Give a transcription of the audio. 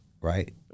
right